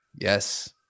Yes